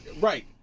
Right